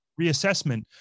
reassessment